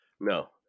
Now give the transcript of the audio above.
No